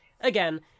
again